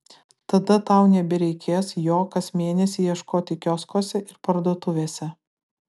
tada tau nebereikės jo kas mėnesį ieškoti kioskuose ir parduotuvėse